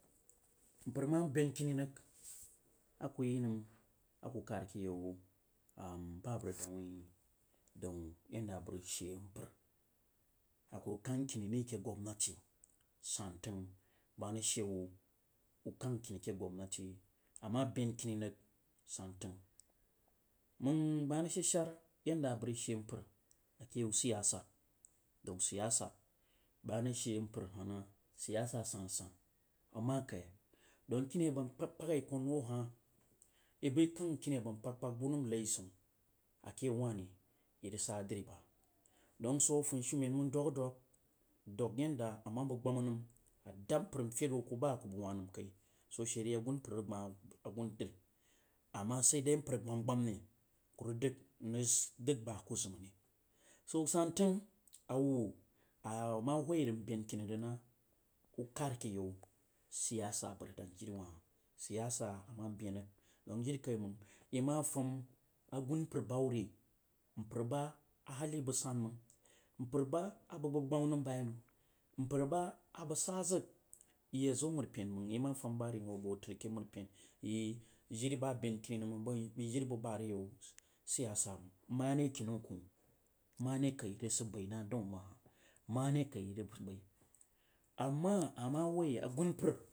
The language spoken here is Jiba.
Mpar ma ben kini rəg aku yindan aku kad ke yau ba aba vag deng wina daun yonda a ba veg she mpar, a ku vag kankini ri ke gwawnaty san tang bagma ag she wu ukan kini rike gwamnaty ama ben kini rəg santony. Mang bag ma rag shed shar yenda a bag rəg she mpar ake yai siyasa daun siyasa bəg ma ra seh mpar hal na siyasa sansan bag ma kai? Daun kiniye aba kpagkpag alon who hal i bag kong kiniye aba kpagkpag ba nam rezaun ake yau wuh ri i rad driba. Dong dwo a funishment mən dwanga dwang dwang yinde ama bəg shama nam a dab mpar n fed hoo kuba a kubag wah nam kiri swo she are asumpar rag gban a asunpa. Ama sai dai mpar agbamgbma ne ku rəg dəg nrəg dəg ba a ku zim re, so san tang nwu ama hwo rag nmaben kini regnah u kad ke yau siyiyaja abas rad bans jiriwah hah. Siyasa ama ben rəg dens jirikaimang ima fam aumpar ba hubri mpar ba haibəg san mang mpar ba abəg bag shama nam biyeiman, mpar ba a bəg sa zagya zo mari pen məng i ma tam ba ri n hoo bəg tər ke maripen i jiriba ben kinir vəg mang bəwuin jiri bag bare yau siyasa mang mane kinnmi koh mane kai vəg sid bai na ɗan banah mane kai vag bai ama ama woi asumpar.